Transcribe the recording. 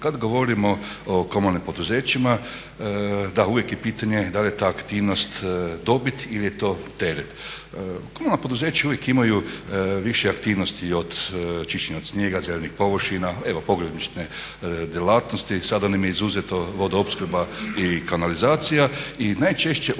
Kad govorimo o komunalnim poduzećima, da uvijek je pitanje da li je ta aktivnost dobit ili je to teret. Komunalna poduzeća uvijek imaju više aktivnosti, od čišćenja snijega zelenih površina, evo pogrebničke djelatnosti. Sad nam je izuzeta vodoopskrba i kanalizacija i najčešće unutar